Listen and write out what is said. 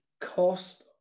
cost